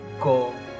go